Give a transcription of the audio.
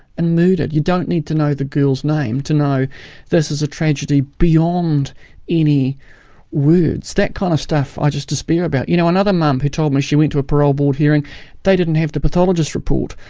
and murdered. you don't need to know the girl's name to know this is a tragedy beyond any words. that kind of stuff i just despair about. you know, another mum who told me she went to a parole board hearing they didn't have the pathologist's report,